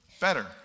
better